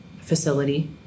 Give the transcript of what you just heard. facility